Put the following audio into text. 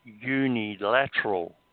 unilateral